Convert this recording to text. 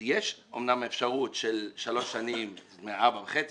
יש אומנם אפשרות של שלוש שנים וארבע שנים וחצי,